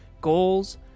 goals